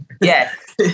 yes